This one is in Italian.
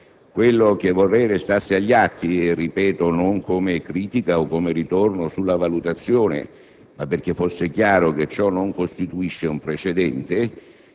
Quello che vorrei restasse agli atti - ripeto, non come critica o come ritorno sulla valutazione, ma perché fosse chiaro che ciò non costituisce un precedente,